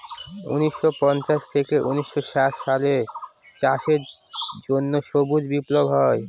উনিশশো পঞ্চাশ থেকে উনিশশো ষাট সালে চাষের জন্য সবুজ বিপ্লব হয়